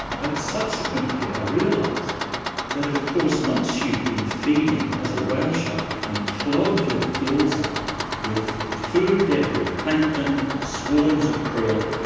but subsequently i realised that of course once you've been feeding as a whale shark and clogged your gills up with food debris, plankton, swarms of krill,